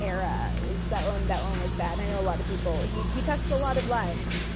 era is that one. that one was bad. i know a lot of people he he touched a lot of lives.